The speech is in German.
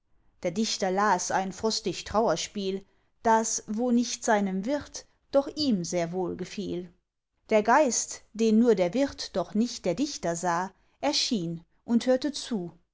der dichter las ein frostig trauerspiel das wo nicht seinem wirt doch ihm sehr wohl gefiel der geist den nur der wirt doch nicht der dichter sah erschien und hörte zu